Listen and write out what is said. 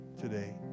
today